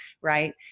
right